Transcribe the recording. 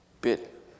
bit